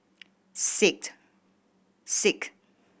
six six